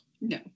no